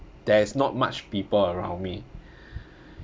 there is not much people around me